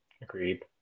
agreed